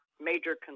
major